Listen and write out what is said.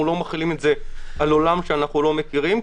לא מחילים את זה על עולם שאנחנו לא מכירים,